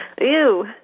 Ew